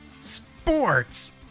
Sports